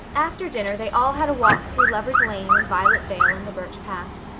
after dinner they all had a walk through lover's lane and violet vale and the birch path,